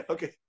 Okay